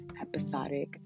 episodic